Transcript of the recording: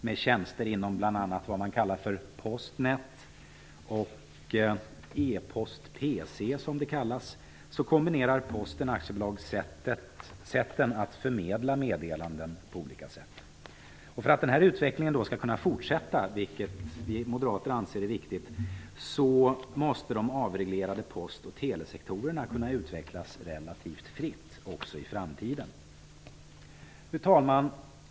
Med tjänsterna inom AB olika sätt att förmedla meddelanden. För att denna utveckling skall kunna fortsätta, vilket vi moderater anser är viktigt, måste de avreglerade post och telesektorerna kunna utvecklas relativt fritt i framtiden. Fru talman!